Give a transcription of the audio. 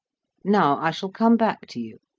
now i shall come back to you.